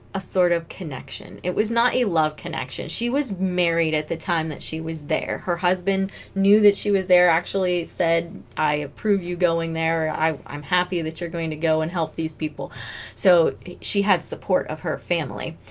a sort of connection it was not a love connection she was married at the time that she was there her husband knew that she was there actually said i approve you going there i'm happy that you're going to go and help these people so she had support of her family